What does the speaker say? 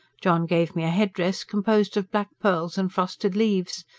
john gave me a headdress composed of black pearls and frosted leaves.